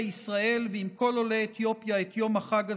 ישראל ועם כל עולי אתיופיה את יום החג הזה,